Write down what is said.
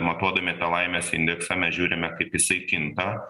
matuodami tą laimės indeksą mes žiūrime kaip jisai kinta